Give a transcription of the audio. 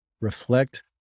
reflect